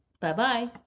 Bye-bye